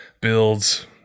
builds